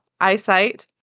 eyesight